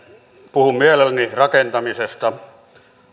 puhun mielelläni rakentamisesta